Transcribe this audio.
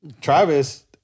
Travis